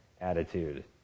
attitude